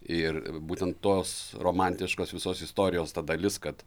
ir būtent tos romantiškos visos istorijos dalis kad